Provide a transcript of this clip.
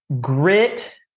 Grit